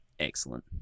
Excellent